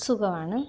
സുഖമാണ്